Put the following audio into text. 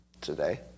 today